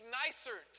nicer